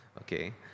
okay